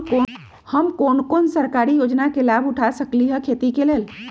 हम कोन कोन सरकारी योजना के लाभ उठा सकली ह खेती के लेल?